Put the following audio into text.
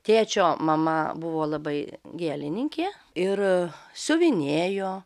tėčio mama buvo labai gėlininkė ir siuvinėjo